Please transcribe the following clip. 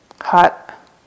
hot